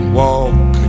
walk